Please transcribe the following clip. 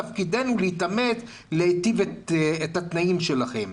תפקידנו להתאמץ להיטיב את התנאים שלכם.